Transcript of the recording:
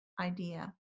idea